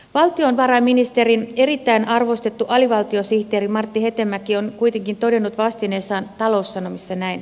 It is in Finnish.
valtiovarainministeriön erittäin arvostettu alivaltiosihteeri martti hetemäki on kuitenkin todennut vastineessaan taloussanomissa näin